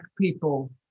people